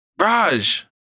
Raj